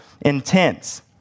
intense